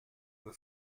the